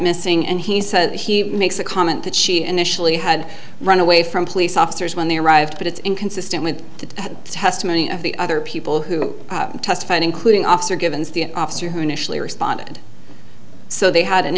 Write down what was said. missing and he said he makes a comment that she initially had run away from police officers when they arrived but it's inconsistent with the testimony of the other people who testified including officer givens the officer who initially responded so they had an